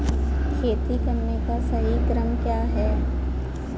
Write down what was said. खेती करने का सही क्रम क्या है?